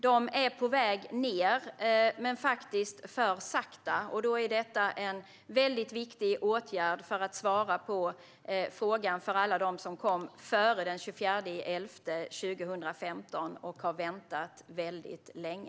De är på väg ned, men det går för sakta. Då är detta en väldigt viktig åtgärd för alla dem som kom före den 24 november 2015 och har väntat väldigt länge.